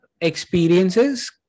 experiences